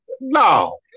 No